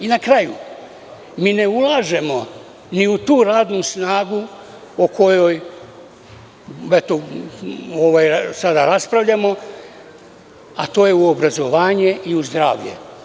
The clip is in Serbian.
I na kraju, mi ne ulažemo ni u tu radnu snagu o kojoj sada raspravljamo, a to je obrazovanje i zdravlje.